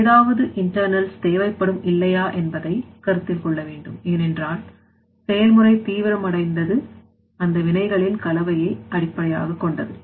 ஏதாவது இன்டர்ணல்ஸ்தேவைப்படும் இல்லையா என்பதை கருத்தில் கொள்ள வேண்டும் ஏனென்றால் செயல்முறை தீவிரமடைந்தது அந்த வினைகளின் கலவையை அடிப்படையாக கொண்டது